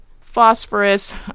phosphorus